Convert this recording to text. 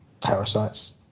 parasites